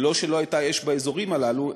לא שלא הייתה אש באזורים הללו,